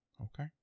Okay